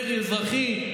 מרי אזרחי,